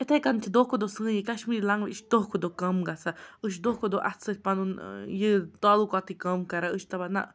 یِتھَے کٔنۍ چھِ دۄہ کھۄ دۄہ سٲنۍ یہِ کشمیری لنٛگویج یہِ چھِ دۄہ کھۄ دۄہ کَم گژھان أسۍ چھِ دۄہ کھۄ دۄہ اَتھٕ سۭتۍ پنُن یہِ تعلوٗقاتٕے کَم کَران أسۍ چھِ دَپان نَہ